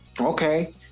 Okay